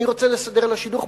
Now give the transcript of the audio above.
אני רוצה לסדר לה שידוך,